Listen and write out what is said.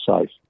safe